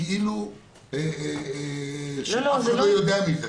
כאילו שאף אחד לא יודע מזה.